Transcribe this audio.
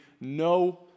no